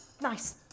Nice